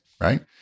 right